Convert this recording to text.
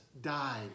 died